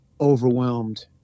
overwhelmed